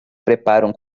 preparam